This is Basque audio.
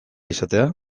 izatea